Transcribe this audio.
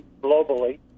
globally